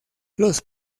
los